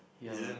yea